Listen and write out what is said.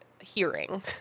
hearing